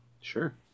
Sure